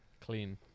clean